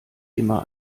immer